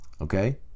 Okay